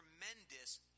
tremendous